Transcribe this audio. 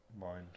mind